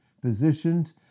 positioned